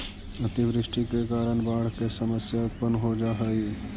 अतिवृष्टि के कारण बाढ़ के समस्या उत्पन्न हो जा हई